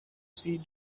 see